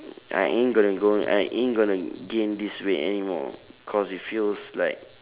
I ain't gonna go I ain't gonna gain this weight anymore because it feels like